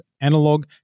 analog